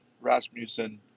Rasmussen